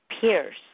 pierce